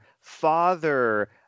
father